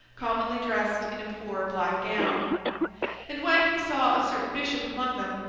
commonly dressed in a poor black gown and when he saw a certain bishop among them,